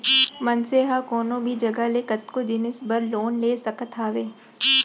मनसे ह कोनो भी जघा ले कतको जिनिस बर लोन ले सकत हावय